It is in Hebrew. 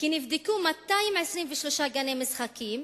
עולה שנבדקו 223 גני משחקים